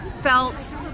felt